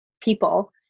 people